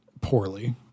poorly